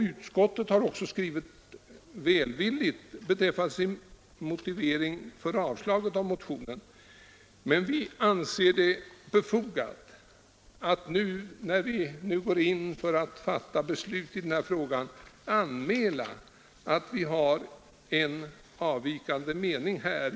Utskottet har också skrivit välvilligt i sin motivering för avstyrkande av motionen, men vi anser det befogat att nu, när vi går att fatta beslut i frågan, anmäla att vi här har en avvikande mening.